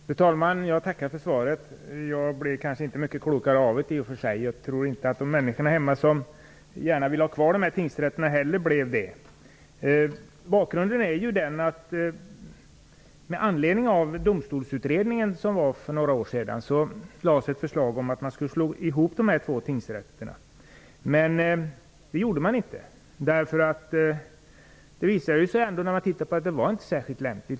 Fru talman! Jag tackar för svaret. Jag blev kanske i och för sig inte mycket klokare av det. Jag tror att inte heller de människor hemma som gärna vill ha kvar dessa tingsrätter blev det. Domstolsutredningen föreslog för några år sedan att man skulle slå ihop dessa två tingsrätter. Men så skedde inte. Det visade sig nämligen att det inte var särskilt lämpligt.